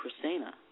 Christina